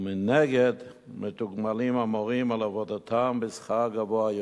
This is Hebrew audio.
ומנגד המורים מתוגמלים על עבודתם בשכר גבוה יותר.